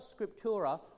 scriptura